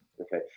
Okay